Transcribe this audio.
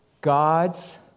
God's